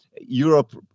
Europe